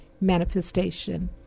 manifestation